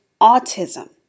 autism